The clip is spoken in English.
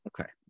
Okay